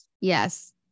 Yes